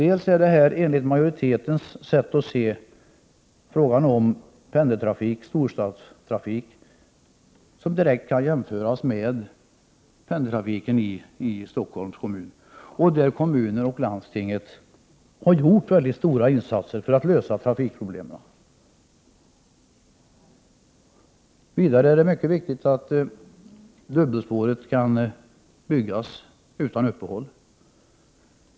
Enligt utskottsmajoritetens sätt att se är det fråga om pendeltrafik-storstadstrafik som direkt kan jämföras med pendeltrafiken i Stockholms kommun. Kommunerna och landstinget har gjort stora insatser för att lösa trafikproblemen. Vidare är det mycket viktigt att dubbelspåret kan byggas utan uppehåll.